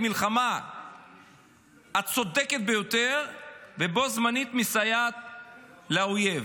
מלחמה צודקת ביותר ובו-זמנית מסייעת לאויב.